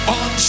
on